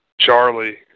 Charlie